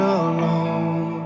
alone